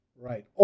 Right